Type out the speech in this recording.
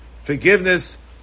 forgiveness